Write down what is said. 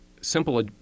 simple